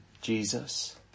Jesus